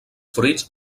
fruits